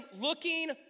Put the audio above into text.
looking